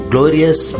Glorious